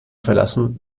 verlassen